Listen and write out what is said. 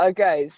Okay